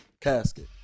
casket